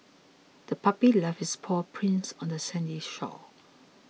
the puppy left its paw prints on the sandy shore